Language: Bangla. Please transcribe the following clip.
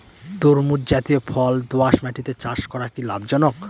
তরমুজ জাতিয় ফল দোঁয়াশ মাটিতে চাষ করা কি লাভজনক?